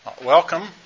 Welcome